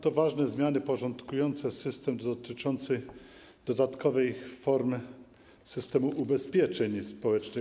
To ważne zmiany porządkujące system dotyczący dodatkowej formy systemu ubezpieczeń społecznych.